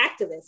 activists